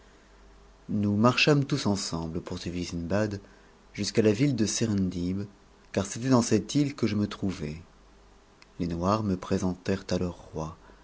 nous marchâmes tous ensemble poursuivit sindbad jusqu'à la ville de serendib car c'était dans cette î c que je me trouvais les noirs me présentèrent à leur roi